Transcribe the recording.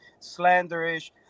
slanderish